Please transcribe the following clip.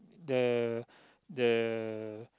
the the